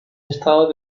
estados